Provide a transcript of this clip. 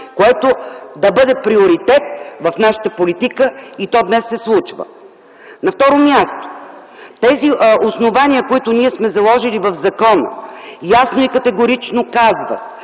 което да бъде приоритет в нашата политика. И то днес се случва. На второ място, тези основания, които сме заложили в закона, ясно и категорично казват,